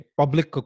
public